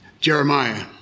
Jeremiah